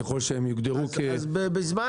ככל שהם יוגדרו --- אז בזמן